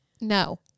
No